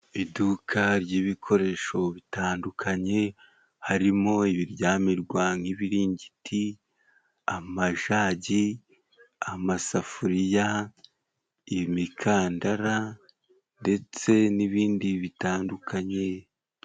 Iduka ry'ibikoresho bitandukanye harimo ibiryamirwa nk'ibiringiti, amajagi, amasafuriya imikandara ndetse n'ibindi bitandukanye.